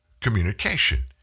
communication